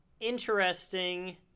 Interesting